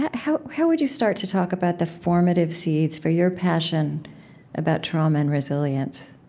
how how would you start to talk about the formative seeds for your passion about trauma and resilience?